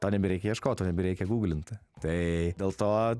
tau nebereikia ieškot tau nebereikia guglinti tai dėl to